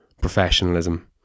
professionalism